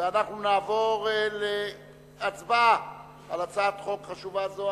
ואנחנו נעבור להצבעה על הצעת חוק חשובה זו,